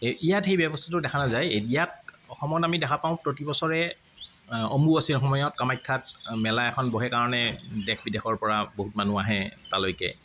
এই ইয়াত সেই ব্যৱস্থাটো দেখা নাযায় ইয়াত অসমত আমি দেখা পাওঁ প্ৰতিবছৰে অম্বুবাচীৰ সময়ত কামাখ্যাত মেলা এখন বহে কাৰণে দেশ বিদেশৰ পৰা বহুত মানুহ আহে তালৈকে